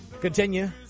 Continue